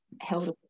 held